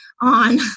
on